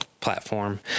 platform